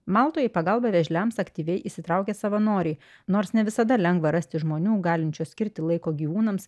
maltoj į pagalbą vėžliams aktyviai įsitraukia savanoriai nors ne visada lengva rasti žmonių galinčio skirti laiko gyvūnams